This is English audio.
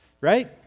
right